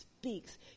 speaks